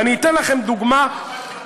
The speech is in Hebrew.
ואני אתן לכם דוגמה פרוזאית.